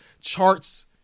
charts